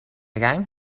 ruim